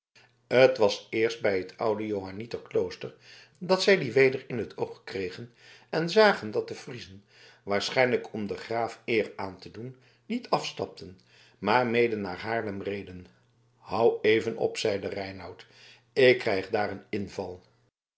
het was eerst nabij het oude johanniter klooster dat zij dien weder in t oog kregen en zagen dat de friezen waarschijnlijk om den graaf eer aan te doen niet afstapten maar mede naar haarlem reden hou even op zeide reinout ik krijg daar een inval